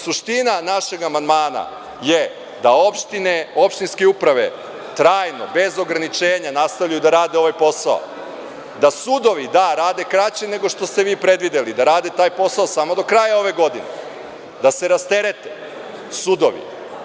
Suština našeg amandmana je da opštinske uprave trajno, bez ograničenja, nastavljaju da rade ovaj posao, da sudovi rade kraće nego što ste vi predvideli, da rade taj posao samo do kraja ove godine, da se rasterete sudovi.